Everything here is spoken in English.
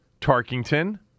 Tarkington